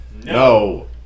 No